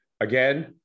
Again